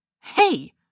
Hey